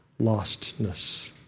lostness